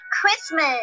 Christmas